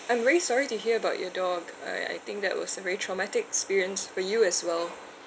I'm very sorry to hear about your dog I I think that was a very traumatic experience for you as well